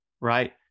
right